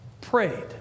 prayed